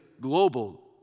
global